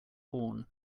horn